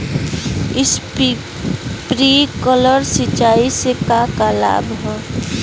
Sprinkler सिंचाई से का का लाभ ह?